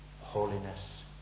holiness